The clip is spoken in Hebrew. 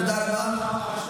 תודה רבה.